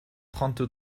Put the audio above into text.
trente